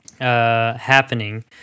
happening